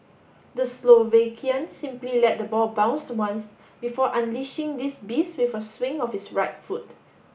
the Slovakian simply let the ball bounced once before unleashing this beast with a swing of his right foot